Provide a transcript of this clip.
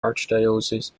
archdiocese